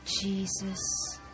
Jesus